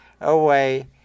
away